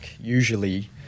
usually